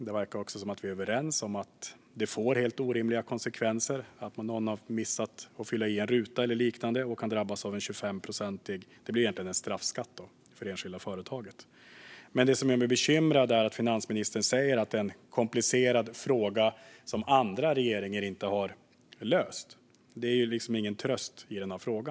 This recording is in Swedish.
Det verkar också som att vi är överens om att det får helt orimliga konsekvenser om man missar att fylla i en ruta eller liknande. Då kan man drabbas av vad som egentligen kan kallas för en straffskatt på 25 procent. Det som gör mig bekymrad är att finansministern säger att det är en komplicerad fråga som andra regeringar inte har löst. Det är liksom ingen tröst.